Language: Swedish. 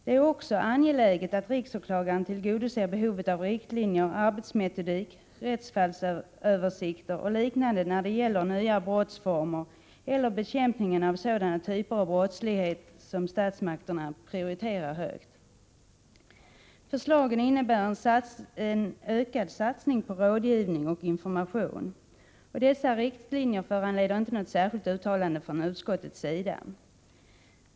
Det är också angeläget att riksåklagaren tillgodoser behovet av riktlinjer, arbetsmetodik, rättsfallsöversikter och liknande när det gäller nya brottsformer eller bekämpningen av sådana typer av brottslighet som statsmakterna prioriterar högt. Förslagen innebär en ökad satsning på rådgivning och information. Dessa riktlinjer föranleder inte något särskilt uttalande från utskottet.